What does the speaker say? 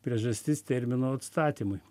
priežastis termino atstatymui